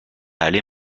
aller